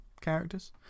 characters